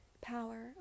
power